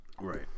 Right